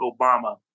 Obama